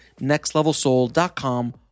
nextlevelsoul.com